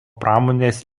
pramonės